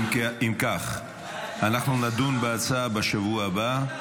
אם כך, אנחנו נדון בהצעה בשבוע הבא.